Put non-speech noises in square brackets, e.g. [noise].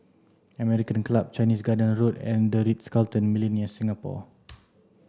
American Club Chinese Garden Road and the Ritz Carlton Millenia Singapore [noise]